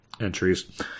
entries